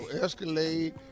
escalade